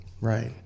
Right